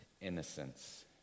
innocence